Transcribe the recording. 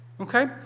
Okay